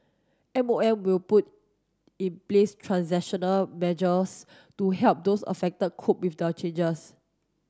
M O M will put in place transactional measures to help those affected cope with the changes